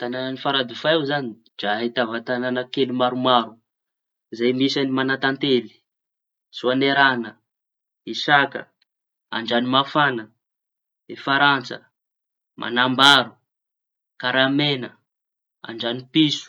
Taña Faradofay io zañy dra ahitava tañana kely maromaro zay misy añy Mañatantely, Soanieraña, Isaka, Andrañomafaña, Ifarantsa, Mañambaro, Karameña, Andrañopiso.